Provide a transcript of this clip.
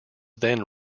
then